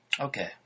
okay